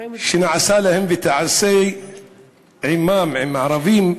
שנעשה להם ותעשה עמם, עם הערבים,